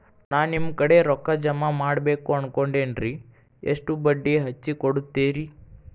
ನಾ ನಿಮ್ಮ ಕಡೆ ರೊಕ್ಕ ಜಮಾ ಮಾಡಬೇಕು ಅನ್ಕೊಂಡೆನ್ರಿ, ಎಷ್ಟು ಬಡ್ಡಿ ಹಚ್ಚಿಕೊಡುತ್ತೇರಿ?